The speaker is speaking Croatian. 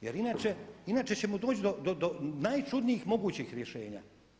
Jer inače, inače ćemo doći do najčudnijih mogućih rješenja.